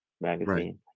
magazine